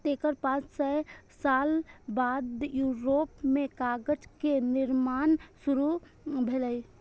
तेकर पांच सय साल बाद यूरोप मे कागज के निर्माण शुरू भेलै